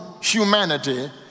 humanity